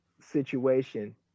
situation